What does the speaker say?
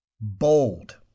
Bold